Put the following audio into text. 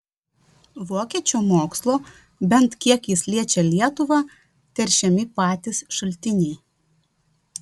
vokiečių mokslo bent kiek jis liečią lietuvą teršiami patys šaltiniai